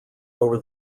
over